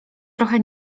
trochę